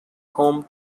home